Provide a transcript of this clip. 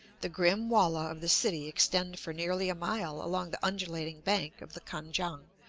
the grim walla of the city extend for nearly a mile along the undulating bank of the kan-kiang,